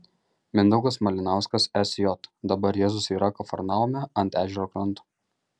mindaugas malinauskas sj dabar jėzus yra kafarnaume ant ežero kranto